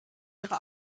ihre